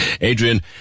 Adrian